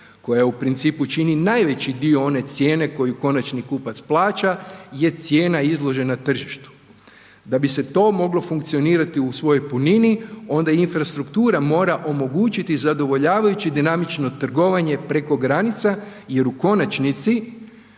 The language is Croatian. koja u principu čini najveći dio one cijene koju konačni kupac plaća, je cijena izložena tržištu. Da bi se to moglo funkcionirati u svojoj punini onda infrastruktura mora omogućiti zadovoljavajuće dinamično trgovanje preko granica jer u konačnici